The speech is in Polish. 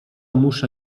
muszę